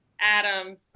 Adam